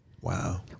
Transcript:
wow